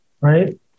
right